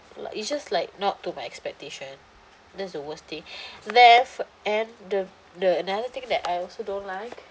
like it's just like not to my expectation that's the worst thing that and the the another thing that I also don't like